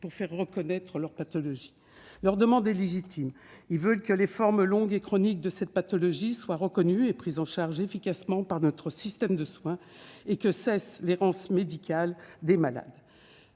pour faire reconnaître leurs pathologies. Leur demande est légitime : ils veulent que les formes longues et chroniques de cette pathologie soient reconnues et prises en charge efficacement par notre système de soins. Ils veulent que cesse l'errance médicale des malades.